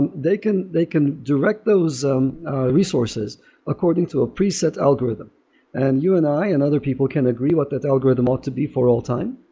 and they can they can direct those um resources according to a preset algorithm and you and i and other people can agree what that's algorithm ought to be for all time.